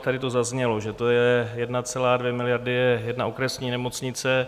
Tady to zaznělo, že to je 1,2 miliardy je jedna okresní nemocnice.